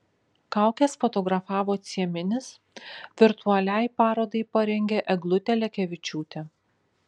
kaukes fotografavo cieminis virtualiai parodai parengė eglutė lekevičiūtė